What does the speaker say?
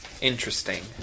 Interesting